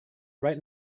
right